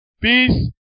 peace